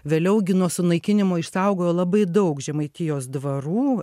vėliau gi nuo sunaikinimo išsaugojo labai daug žemaitijos dvarų